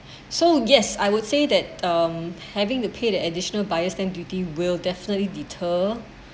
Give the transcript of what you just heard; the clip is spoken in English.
so yes I would say that um having to pay the additional buyer's stamp duty will definitely deter